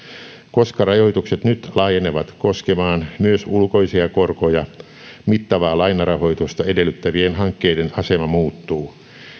koska rajoitukset nyt laajenevat koskemaan myös ulkoisia korkoja mittavaa lainarahoitusta edellyttävien hankkeiden asema muuttuu